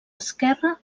esquerre